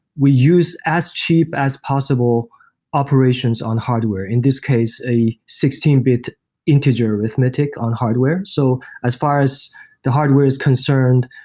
we use as cheap as possible operations on hardware. in this case, a sixteen bit integer arithmetic on hardware. so as far as the hardware is concerned,